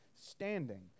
standing